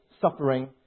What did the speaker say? suffering